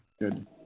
Good